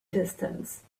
distance